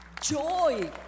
joy